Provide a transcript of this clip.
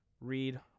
Read